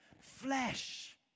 flesh